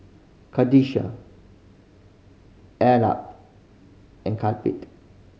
and